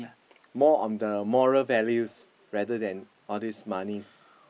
more on the moral values rather than all this money